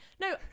No